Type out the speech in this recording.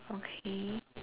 okay